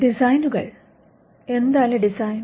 ഡിസൈനുകൾ എന്താണ് ഡിസൈൻ